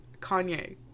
Kanye